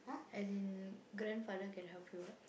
as in grandfather can help you [what]